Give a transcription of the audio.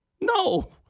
No